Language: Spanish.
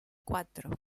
cuatro